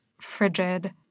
frigid